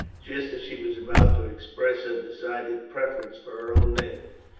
just as she was about to express her decided preference for her own name.